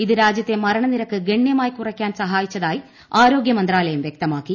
ഇത് രാജ്യത്തെ മരണനിരക്ക് ഗണ്യമായി കുറയ്ക്കാൻ സഹായിച്ചതായി ആരോഗ്യ മന്ത്രാലയം വൃക്തമാക്കി